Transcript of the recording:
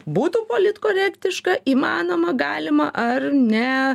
būtų politkorektiška įmanoma galima ar ne